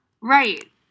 right